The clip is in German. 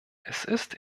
ist